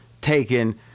taken